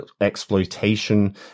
exploitation